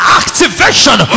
activation